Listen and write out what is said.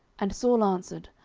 and saul answered,